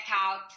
out